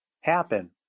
happen